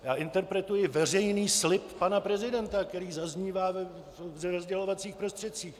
Já interpretuji veřejný slib pana prezidenta, který zaznívá ve sdělovacích prostředcích.